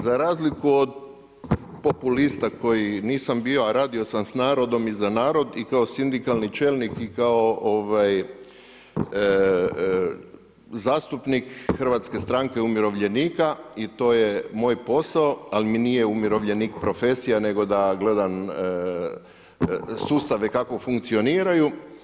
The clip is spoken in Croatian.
Za razliku od populista koji nisam bio a radio sam s narodom i za narod i kao sindikalni čelnik i kao zastupnik Hrvatske stranke umirovljenika i to je moj posao ali mi nije umirovljenik profesija nego da gledam sustave kako funkcioniraju.